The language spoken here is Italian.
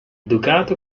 ducato